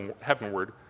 heavenward